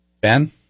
Ben